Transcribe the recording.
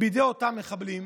כנגד אותם מחבלים.